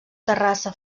terrassa